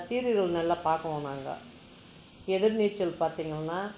சீரியல்கள் நல்லா பார்க்குவோம் நாங்கள் எதிர்நீச்சல் பார்த்திங்கனா